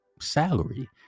salary